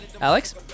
Alex